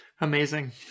Amazing